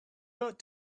road